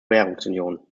währungsunion